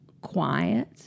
quiet